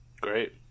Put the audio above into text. Great